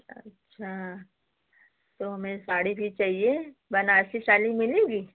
अच्छा तो हमें साड़ी भी चाहिए बनारसी साड़ी मिलेगी